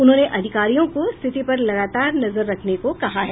उन्होंने अधिकारियों को स्थिति पर लगातार नजर रखने को कहा है